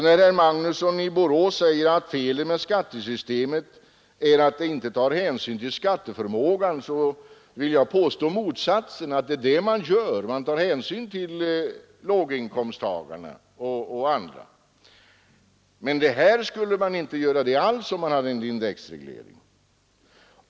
När herr Magnusson i Borås säger att felet med skattesystemet är att det inte tar hänsyn till skatteförmåga, vill jag därför påstå motsatsen — att det är det man gör. Man tar hänsyn till låginkomsttagarna och andra svaga grupper. Med en indexreglering skulle detta inte alls bli fallet.